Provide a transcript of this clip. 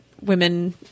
women